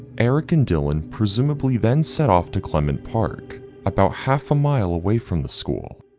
eric and dylan presumably then set off to clement park about half a mile away from the school,